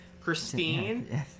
Christine